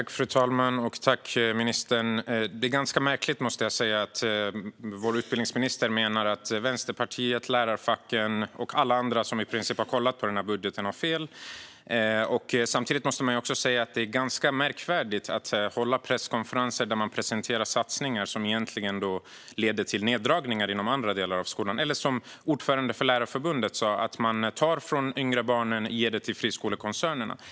Fru talman! Tack för svaret, ministern! Det är ganska märkligt, måste jag säga, att vår utbildningsminister menar att Vänsterpartiet, lärarfacken och i princip alla andra som har kollat på budgeten har fel. Det är också ganska märkligt att hålla presskonferenser där man presenterar satsningar som egentligen leder till neddragningar inom andra delar av skolan eller, som ordföranden för Lärarförbundet sa, att man tar från de yngre barnen och ger det till friskolekoncernerna.